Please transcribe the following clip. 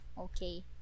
Okay